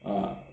啊